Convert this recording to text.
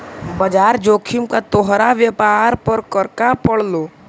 बाजार जोखिम का तोहार व्यापार पर क्रका पड़लो